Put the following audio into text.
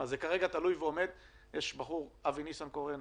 כרגע זה תלוי ועומד בבחור בשם אבי ניסנקורן,